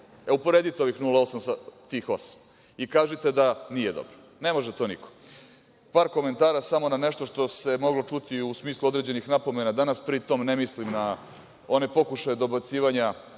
Evo, uporedite ovih 0,8% sa 8% i kažite da nije dobro. Ne može to niko. Par komentara samo na nešto što se moglo čuti u smislu određenih napomena danas, pri tom ne mislim na one pokušaje dobacivanja